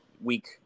week